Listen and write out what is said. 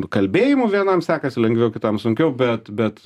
kalbėjimu vienam sekasi lengviau kitam sunkiau bet bet